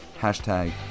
Hashtag